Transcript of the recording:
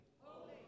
holy